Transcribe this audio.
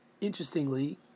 interestingly